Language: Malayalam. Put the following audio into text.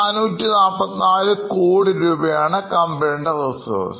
6444 crore യാണ് കമ്പനിയുടെ Reserves